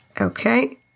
Okay